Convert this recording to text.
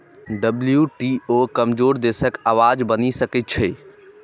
WTO कमजोर देशक आवाज बनि सकै छै